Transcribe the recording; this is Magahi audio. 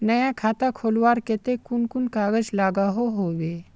नया खाता खोलवार केते कुन कुन कागज लागोहो होबे?